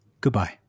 Goodbye